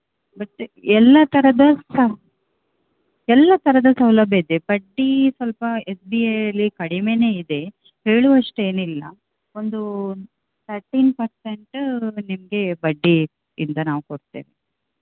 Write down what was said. ಮತ್ತು ಎಲ್ಲ ಥರದ ಸ ಎಲ್ಲ ಥರದ ಸೌಲಭ್ಯ ಇದೆ ಬಡ್ಡಿ ಸ್ವಲ್ಪ ಎಸ್ ಬಿ ಐಯಲ್ಲಿ ಕಡಿಮೆಯೇ ಇದೆ ಹೇಳುವಷ್ಟೇನಿಲ್ಲ ಒಂದು ಥರ್ಟೀನ್ ಪರ್ಸೆಂಟ್ ನಿಮಗೆ ಬಡ್ಡಿಯಿಂದ ನಾವು ಕೊಡ್ತೇವೆ